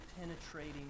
penetrating